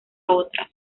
otras